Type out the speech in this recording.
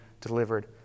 delivered